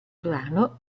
brano